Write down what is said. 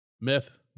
myth